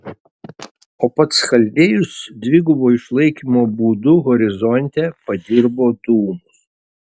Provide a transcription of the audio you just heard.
o pats chaldėjus dvigubo išlaikymo būdu horizonte padirbo dūmus